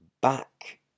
back